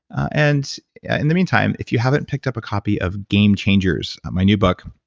and in the meantime, if you haven't pick up a copy of game changers, my new book,